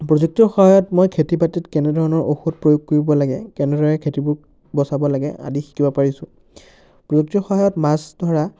প্ৰযুক্তিৰ সহায়ত মই খেতি বাতিত কেনেধৰণৰ ঔষধ প্ৰয়োগ কৰিব লাগে কেনেদৰে খেতিবোৰ বচাব লাগে আদি শিকিব পাৰিছোঁ প্ৰযুক্তিৰ সহায়ত মাছ ধৰা